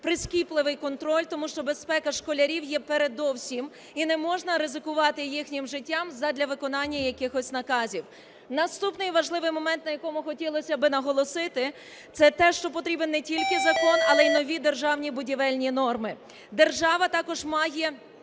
прискіпливий контроль, тому що безпека школярів є передовсім, і не можна ризикувати їхнім життям, задля виконання якихось наказів. Наступний важливий момент, на якому хотілося би наголосити, це те, що потрібен не тільки закон, але й нові державні будівельні норми. Держава також має